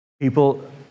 People